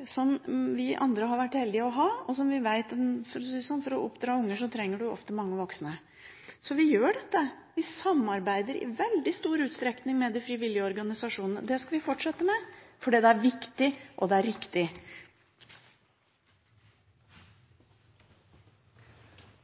nettverk enn vi andre har vært heldige å ha. For å si det sånn; for å oppdra unger trenger en ofte mange voksne. Vi samarbeider i veldig stor utstrekning med de frivillige organisasjonene. Det skal vi fortsette med, fordi det er viktig, og det er riktig.